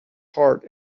heart